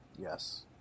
yes